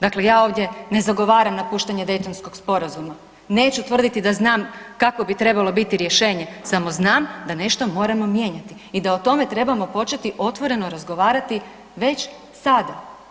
Dakle, ja ovdje ne zagovaram napuštanje Dejtonskog sporazuma, neću tvrditi da znam kako bi trebalo biti rješenje, samo znam da nešto moramo mijenjati i da o tome trebamo početi otvoreno razgovarati već sada.